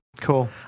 Cool